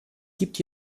gibt